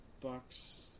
Bucks